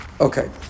Okay